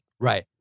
Right